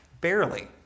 barely